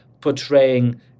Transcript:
portraying